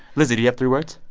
lizzie, do you have three words?